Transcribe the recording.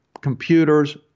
computers